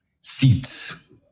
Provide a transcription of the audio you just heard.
seats